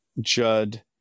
Judd